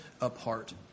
apart